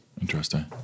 Interesting